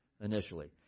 initially